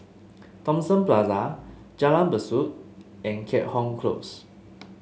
Thomson Plaza Jalan Besut and Keat Hong Close